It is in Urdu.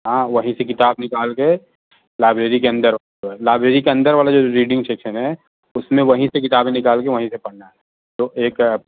ہاں وہیں سے کتاب نکال کے لائبریری کے اندر لائبریری کے اندر والا جو ریڈنگ سیکشن ہے اس میں وہیں سے کتابیں نکال کے وہیں سے پڑھنا ہے تو ایک